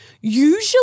usually